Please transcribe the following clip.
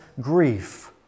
grief